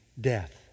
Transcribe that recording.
death